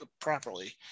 properly